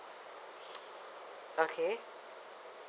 okay